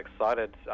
excited